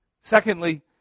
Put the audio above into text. Secondly